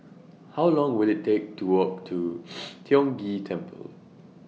How Long Will IT Take to Walk to Tiong Ghee Temple